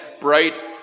bright